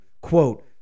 Quote